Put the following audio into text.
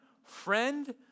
friend